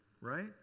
Right